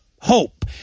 hope